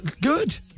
Good